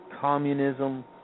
Communism